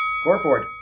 Scoreboard